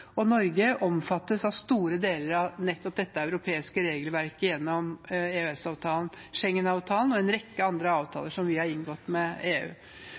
Norge omfattes av store deler av dette europeiske regelverket gjennom EØS-avtalen, Schengen-avtalen og en rekke andre avtaler som vi har inngått med EU.